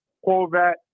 Corvette